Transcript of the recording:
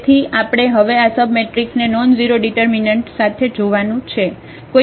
તેથી આપણે હવે આ સબમેટ્રિક્સને નોનઝેરો ડિટર્મિનન્ટ સાથે જોવાનું છે